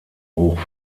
hoch